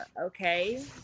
okay